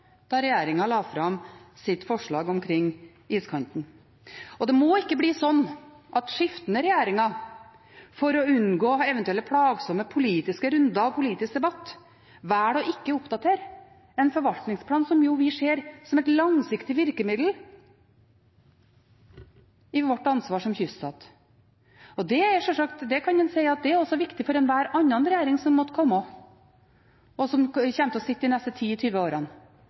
da regjeringen la fram sitt forslag om iskanten. Det må ikke bli slik at skiftende regjeringer for å unngå eventuelle plagsomme runder og politisk debatt velger ikke å oppdatere en forvaltningsplan som vi ser som et langsiktig virkemiddel i vårt ansvar som kyststat. Det kan en sjølsagt si er viktig for enhver annen regjering som måtte komme, og som kommer til å sitte de neste 10–20 årene.